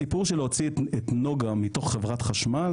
הסיפור של להוציא את נגה מתוך חברת חשמל